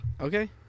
Okay